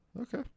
Okay